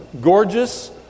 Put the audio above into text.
gorgeous